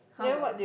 how about